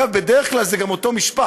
אגב, בדרך כלל זה גם אותו משפט.